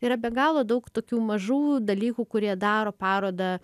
yra be galo daug tokių mažų dalykų kurie daro parodą